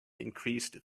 increased